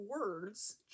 words